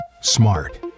Smart